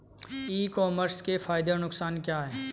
ई commerce के फायदे और नुकसान क्या हैं?